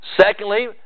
Secondly